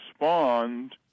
respond